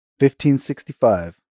1565